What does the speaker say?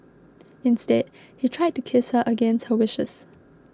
instead he tried to kiss her against her wishes